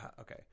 okay